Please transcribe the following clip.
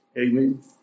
Amen